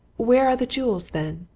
where are the jewels, then?